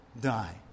die